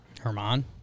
Herman